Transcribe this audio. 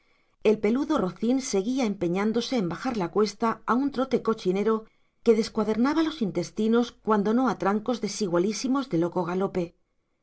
el peludo rocín seguía empeñándose en bajar la cuesta a un trote cochinero que descuadernaba los intestinos cuando no a trancos desigualísimos de loco galope